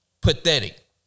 Pathetic